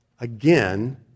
again